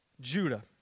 Judah